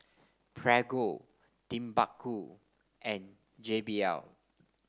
Prego Timbuku and J B L